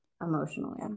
emotionally